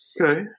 Okay